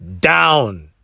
down